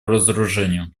разоружению